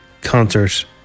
concert